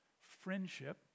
friendship